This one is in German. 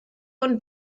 und